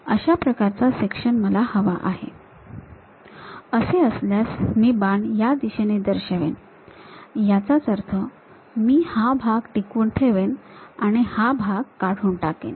अशा प्रकारचा सेक्शन मला हवा आहे असे असल्यास मी बाण या दिशेने दर्शवेन याचाच अर्थ मी हा भाग टिकवून ठेवेन आणि हा भाग काढून टाकेन